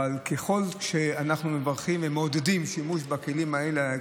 אבל ככל שאנחנו מברכים ומעודדים שימוש בכלים הקלים האלה,